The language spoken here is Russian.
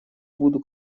буду